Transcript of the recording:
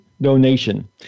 donation